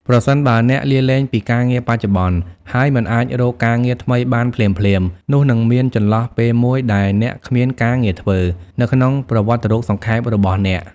ប្រសិនបើអ្នកលាលែងពីការងារបច្ចុប្បន្ន ហើយមិនអាចរកការងារថ្មីបានភ្លាមៗ នោះនឹងមាន ចន្លោះពេលមួយដែលអ្នកគ្មានការងារធ្វើ នៅក្នុងប្រវត្តិរូបសង្ខេបរបស់អ្នក។